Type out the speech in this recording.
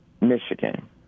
Michigan